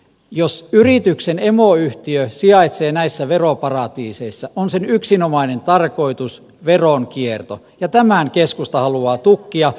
jos yrityksen emoyhtiö sijaitsee näissä veroparatiiseissa on sen yksinomainen tarkoitus veronkierto ja tämän keskusta haluaa tukkia